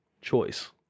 Choice